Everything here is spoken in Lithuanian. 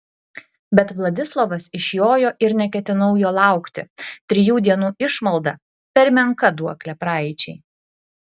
bet vladislovas išjojo ir neketinau jo laukti trijų dienų išmalda per menka duoklė praeičiai